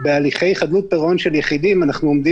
בהליכי חדלות פירעון של יחידים אנחנו עומדים